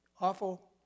awful